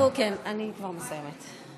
כן, אני כבר מסיימת.